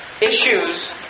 issues